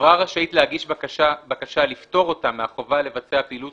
- "חברה רשאית להגיש בקשה לפטור אותה מהחובה לבצע פעילות